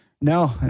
No